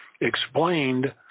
explained